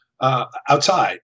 outside